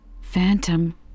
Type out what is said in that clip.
Phantom